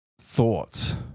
thoughts